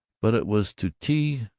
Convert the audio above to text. but it was to t.